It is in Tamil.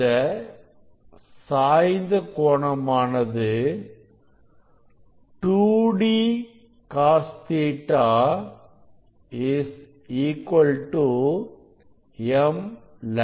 இந்த சாய்ந்த கோணமானது 2d Cos Ɵ m λ